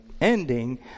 ending